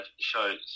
shows